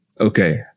Okay